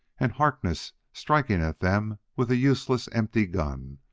and harkness striking at them with a useless, empty gun,